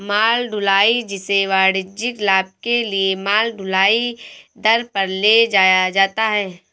माल ढुलाई, जिसे वाणिज्यिक लाभ के लिए माल ढुलाई दर पर ले जाया जाता है